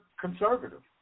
conservative